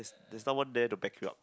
there's someone there that backed you up